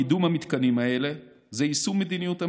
קידום המתקנים האלה זה יישום מדיניות הממשלה.